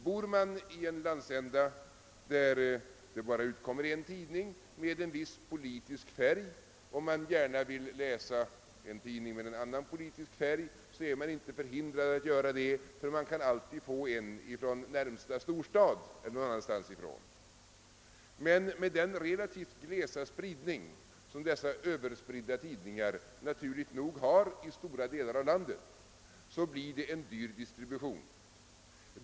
Bor man i en landsända där det bara utkommer en tidning och man gärna ville läsa en tidning med en annan politisk färg, är man inte förhindrad att göra det, eftersom man alltid kan få en från närmaste storstad eller från något annat håll, men med den relativt glesa spridning som dessa överspridda tidningar naturligt nog har i stora delar av landet blir distributionen dyr.